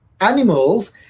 animals